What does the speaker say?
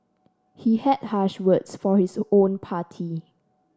he had harsh words for his own party